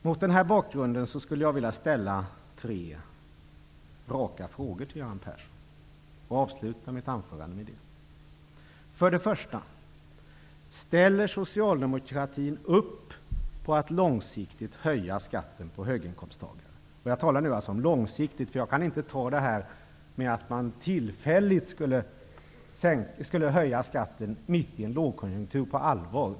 Mot denna bakgrund vill jag ställa tre raka frågor till Göran Persson. Ställer socialdemokratin upp på att långsiktigt höja skatten för höginkomsttagare? Jag talar om långsiktighet. Jag kan inte ta en tillfällig höjning av skatten mitt i en lågkonjunktur på allvar.